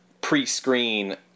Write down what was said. pre-screen